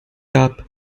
dub